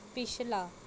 ਪਿਛਲਾ